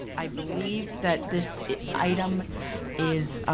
i believe that this item is